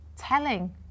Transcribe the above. telling